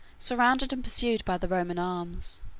surrounded and pursued by the roman arms.